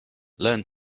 learn